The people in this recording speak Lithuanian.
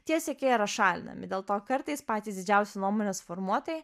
tie siekiai yra šalinami dėl to kartais patys didžiausi nuomonės formuotojai